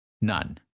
None